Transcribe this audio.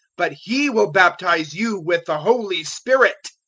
but he will baptize you with the holy spirit.